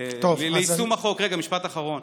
טוב, ליישום החוק, רגע, משפט אחרון.